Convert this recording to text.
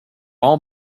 all